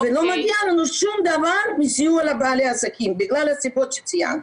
ולא מגיע לנו שום דבר מסיוע לבעלי עסקים בגלל הסיבות שציינתי.